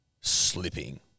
slipping